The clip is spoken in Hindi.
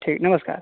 ठीक नमस्कार